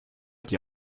dir